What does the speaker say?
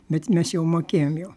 bet mes jau mokėjom jau